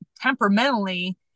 temperamentally